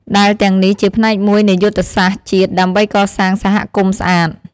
ដែលទាំងនេះជាផ្នែកមួយនៃយុទ្ធសាស្ត្រជាតិដើម្បីកសាងសហគមន៍ស្អាត។